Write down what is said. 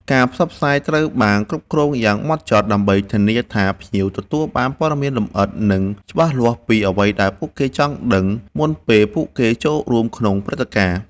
ការផ្សព្វផ្សាយត្រូវបានគ្រប់គ្រងយ៉ាងម៉ត់ចត់ ដើម្បីធានាថាភ្ញៀវទទួលបានព័ត៌មានលម្អិត និងច្បាស់លាស់ពីអ្វីដែលពួកគេចង់ដឹង មុនពេលពួកគេចូលរួមក្នុងព្រឹត្តិការណ៍។